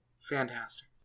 fantastic